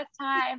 time